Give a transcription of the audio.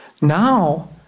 Now